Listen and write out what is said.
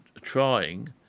trying